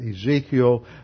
Ezekiel